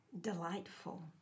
delightful